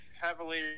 heavily